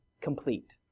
Complete